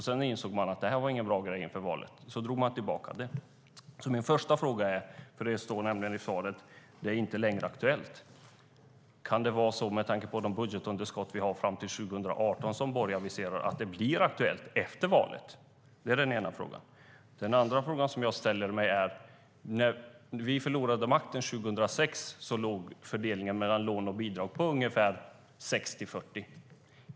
Sedan insåg man att det inte var någon bra grej inför valet, och då drog man tillbaka det. Min första fråga handlar om, vilket sades i svaret, att det här inte längre är aktuellt. Kan det vara så, med tanke på de budgetunderskott som Borg aviserar att vi kommer att ha fram till 2018, att det blir aktuellt efter valet? Min andra fråga handlar om fördelningen mellan lån och bidrag. När vi förlorade makten 2006 låg fördelningen mellan lån och bidrag på ungefär 60-40.